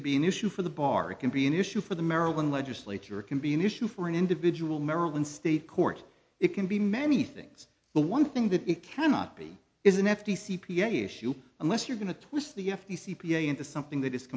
can be an issue for the bar it can be an issue for the maryland legislature can be an issue for an individual maryland state court it can be many things but one thing that it cannot be is an f t c p a issue unless you're going to twist the f t c p a into something that is